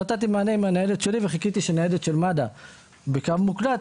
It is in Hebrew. ונתתי מענה עם הניידת שלי וחיכיתי שניידת טיפול נמרץ של מד"א בקו מוקלט,